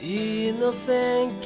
innocent